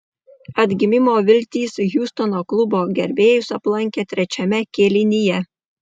atgimimo viltys hjustono klubo gerbėjus aplankė trečiame kėlinyje